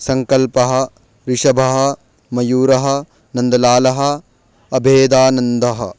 सङ्कल्पः ऋषभः मयूरः नन्दलालः अभेदानन्दः